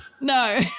No